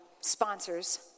sponsors